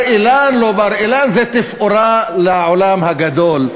בר-אילן לא בר-אילן, זו תפאורה לעולם הגדול.